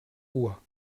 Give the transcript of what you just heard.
uhr